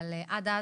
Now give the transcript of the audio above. אבל עד אז,